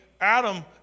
Adam